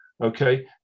okay